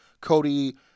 Cody